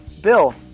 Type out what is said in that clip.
Bill